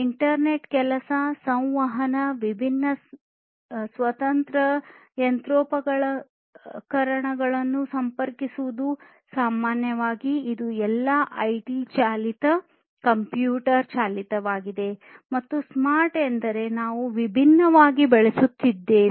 internet ಕೆಲಸ ಸಂವಹನ ವಿಭಿನ್ನ ಸ್ವತಂತ್ರ ಯಂತ್ರೋಪಕರಣಗಳನ್ನು ಸಂಪರ್ಕಿಸುವುದು ಸಾಮಾನ್ಯವಾಗಿ ಇದು ಎಲ್ಲಾ ಐಟಿ ಚಾಲಿತ ಕಂಪ್ಯೂಟರ್ ಚಾಲಿತವಾಗಿದೆ ಮತ್ತು ಸ್ಮಾರ್ಟ್ ಎಂದರೆ ನಾವು ವಿಭಿನ್ನವಾಗಿ ಬಳಸುತ್ತಿದ್ದೇವೆ